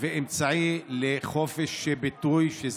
ואמצעי לחופש ביטוי, שהוא